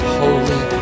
holy